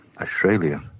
Australia